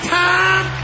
time